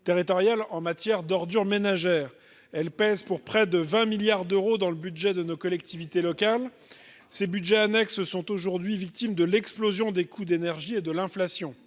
ménagères. Les ordures ménagères pèsent pour près de 20 milliards d'euros dans le budget de nos collectivités locales. Ces budgets annexes sont actuellement victimes de l'explosion des coûts de l'énergie et de l'inflation.